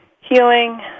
healing